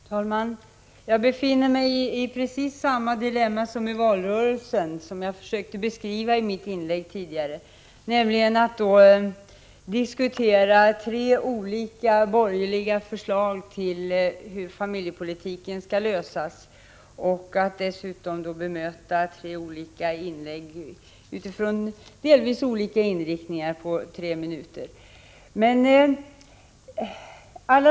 Herr talman! Jag befinner mig här i precis samma dilemma som i valrörelsen, vilket jag försökte beskriva i mitt inlägg tidigare. Jag tänker på svårigheten att diskutera tre olika borgerliga förslag till hur familjepolitiken skall utformas. Här tillkommer dessutom svårigheten att bemöta tre olika inlägg med delvis olika inriktningar på tre minuter.